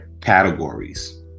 categories